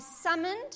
summoned